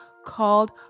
called